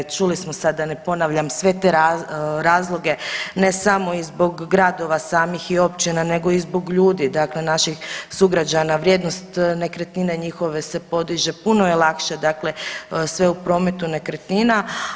Čuli smo sad da ne ponavljam sve te razloge, ne samo i zbog gradova samih i općina, nego i zbog ljudi, dakle naših sugrađana vrijednost nekretnine njihove se podiže, puno je lakše dakle sve u prometu nekretnina.